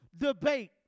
debate